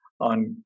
on